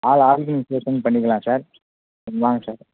all ஆர்கனைசேஷனும் பண்ணிக்கலாம் sir நீங்கள் வாங்க சார்